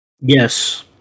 Yes